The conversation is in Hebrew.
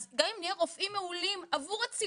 אז גם אם נהיה רופאים מעולים עבור הציבור,